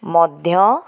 ମଧ୍ୟ